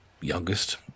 youngest